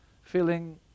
Feeling